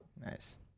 Nice